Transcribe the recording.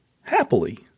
happily